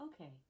Okay